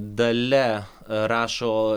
dalia rašo